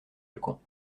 balcons